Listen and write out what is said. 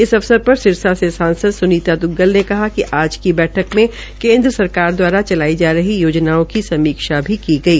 इस अवसर पर सिरसा से सांसद सुनीता दुग्गल ने कहा कि आज की बैठक मे केन्द्र सरकार दवारा चलाई जा रही योजनाओं की समीक्षा की गई